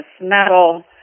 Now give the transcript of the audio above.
metal